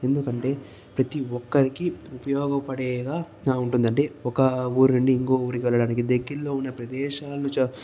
ఎందుకంటే ప్రతి ఒక్కరికి ఉపయోగపడేగా ఉంటుందంటే ఒక ఊరి నుంచి ఇంకో ఊరికి వెళ్లడానికి దగ్గర్లో ఉన్న ప్రదేశాలు